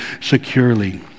securely